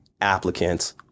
applicants